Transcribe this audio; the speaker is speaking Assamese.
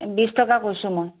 বিশ টকা কৈছোঁ মই